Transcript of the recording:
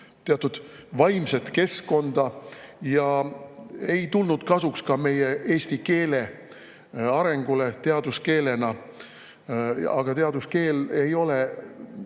teatud vaimset keskkonda. See ei tulnud kasuks ka eesti keele arengule teaduskeelena. Aga teaduskeel ei ole